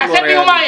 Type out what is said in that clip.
נעשה ביומיים.